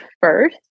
first